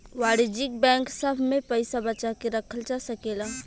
वाणिज्यिक बैंक सभ में पइसा बचा के रखल जा सकेला